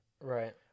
Right